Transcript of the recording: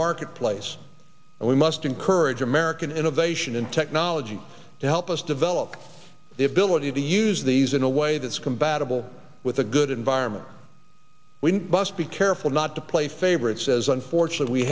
marketplace and we must encourage american innovation and technology to help us develop the ability to use these in a way that's combat evil with a good environment we must be careful not to play favorites says unfortunate we